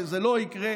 וזה לא יקרה,